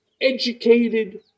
educated